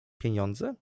pieniądze